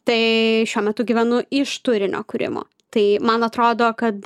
tai šiuo metu gyvenu iš turinio kūrimo tai man atrodo kad